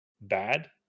bad